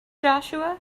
joshua